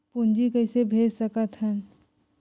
पूंजी कइसे भेज सकत हन?